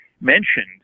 mentioned